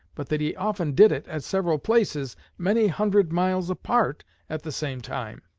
but that he often did it at several places many hundred miles apart at the same time.